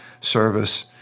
service